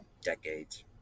decades